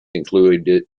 included